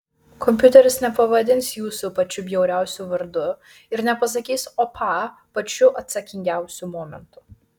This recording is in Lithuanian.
kompiuteris nepavadins jūsų pačiu bjauriausiu vardu ir nepasakys opa pačiu atsakingiausiu momentu